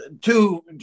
two